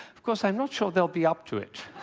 of course, i'm not sure they'll be up to it.